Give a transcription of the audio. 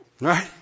Right